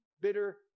bitter